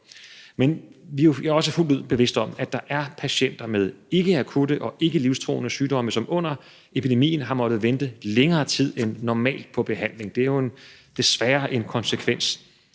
Men jeg er også fuldt ud bevidst om, at der er patienter med ikkeakutte og ikkelivstruende sygdomme, som under epidemien har måttet vente længere tid end normalt på behandling. Det er jo desværre en konsekvens.